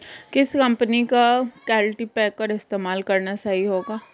किस कंपनी का कल्टीपैकर इस्तेमाल करना सही होगा?